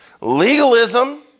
Legalism